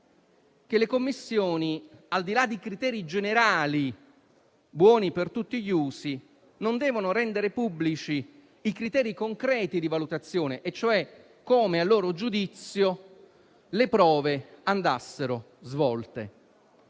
come le commissioni, al di là dei criteri generali buoni per tutti gli usi, non dovessero rendere pubblici i criteri concreti di valutazione, cioè come a loro giudizio andassero svolte